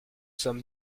sommes